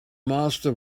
master